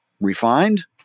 refined